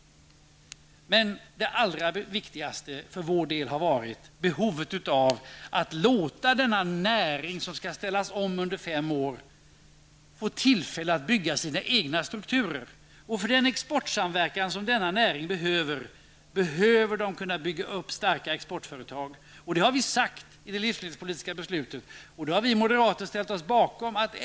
Det allra viktigaste för vår del har varit behovet av att låta denna näring, som skall ställas om under fem år, få tillfälle att bygga upp egna strukturer. För den exportsamverkan som denna näring behöver är det nödvändigt att bygga upp starka exportföretag. Det har också sagts i och med det livsmedelspolitiska beslutet, och det har vi moderater ställt oss bakom.